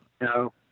No